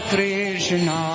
Krishna